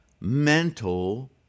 mental